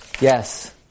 Yes